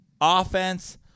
offense